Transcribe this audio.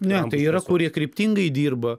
ne tai yra kurie kryptingai dirba